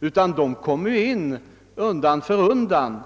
utan de kom ju in undan för undan.